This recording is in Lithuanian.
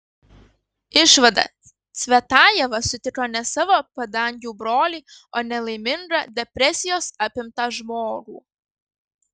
išvada cvetajeva sutiko ne savo padangių brolį o nelaimingą depresijos apimtą žmogų